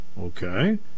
Okay